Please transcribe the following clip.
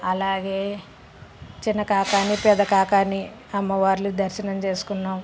అలాగే చిన్నకాకాణి పెదకాకాణి అమ్మవార్లు దర్శనం చేసుకున్నాం